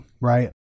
right